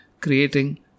creating